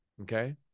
okay